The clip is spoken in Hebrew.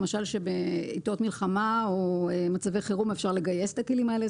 למשל שבעתות מלחמה או מצבי חירום אפשר לגייס את הכלים האלה,